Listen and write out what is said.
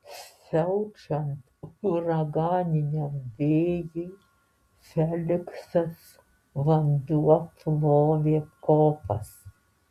siaučiant uraganiniam vėjui feliksas vanduo plovė kopas